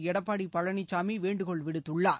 எடப்பாடி பழனிசாமி வேண்டுகோள் விடுத்துள்ளார்